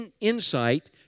insight